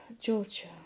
Georgia